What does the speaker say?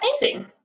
Amazing